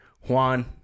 juan